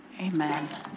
Amen